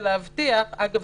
אגב,